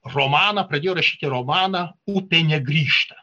romaną pradėjo rašyti romaną upė negrįžta